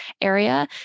area